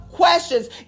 questions